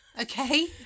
Okay